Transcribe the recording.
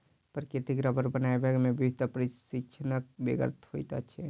प्राकृतिक रबर बनयबा मे विधिवत प्रशिक्षणक बेगरता होइत छै